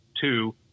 Two